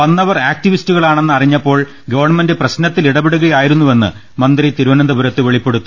വന്നവർ ആക്ടിവിസ്റ്റുകളാ ണെന്ന് അറിഞ്ഞപ്പോൾ ഗവൺമെന്റ് പ്രശ്നത്തിൽ ഇടപെ ടുകയായിരുന്നുവെന്ന് മന്ത്രി തിരുവനന്തപുരത്ത് വെളിപ്പെ ടുത്തി